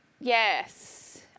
yes